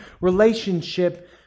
relationship